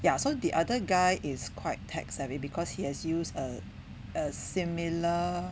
ya so the other guy is quite tech savvy because he has used a a similar